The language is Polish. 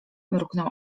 mruknął